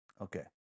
Okay